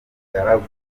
mugaragu